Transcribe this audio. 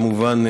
כמובן,